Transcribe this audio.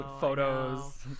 photos